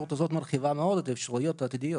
האפשרות הזאת מרחיבה מאוד את האפשרויות העתידיות.